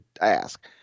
ask